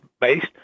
based